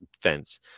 fence